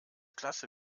klasse